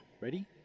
Ready